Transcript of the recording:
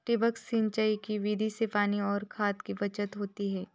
ठिबक सिंचाई की विधि से पानी और खाद की बचत होती है